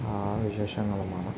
ആ വിശേഷങ്ങളുമാണ്